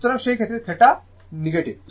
সুতরাং সেই ক্ষেত্রে θ নেগেটিভ